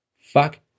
Fuck